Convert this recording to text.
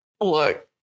look